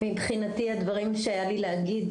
מבחנתי אמרתי את הדברים שהיה לי להגיד.